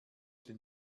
den